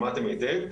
שמעתם היטב,